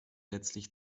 letztlich